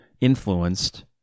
influenced